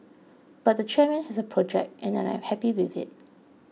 but the chairman has a project and I am happy with it